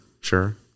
Sure